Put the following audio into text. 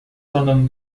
سالم